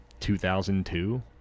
2002